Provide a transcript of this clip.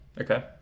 Okay